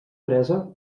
fresa